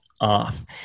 off